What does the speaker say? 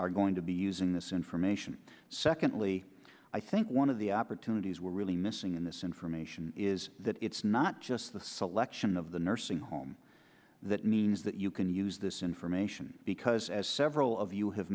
are going to be using this information secondly i think one of the opportunities we're really missing in this information is that it's not just the selection of the nursing home that means that you can use this information because as several of you have